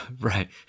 Right